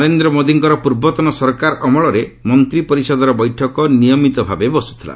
ନରେନ୍ଦ୍ର ମୋଦିଙ୍କର ପୂର୍ବତନ ସରକାର ଅମଳରେ ମନ୍ତ୍ରୀ ପରିଷଦର ବୈଠକ ନିୟମିତ ଭାବେ ବସ୍ତଥିଲା